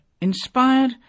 inspired